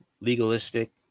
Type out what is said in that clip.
legalistic